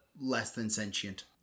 less-than-sentient